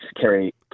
carry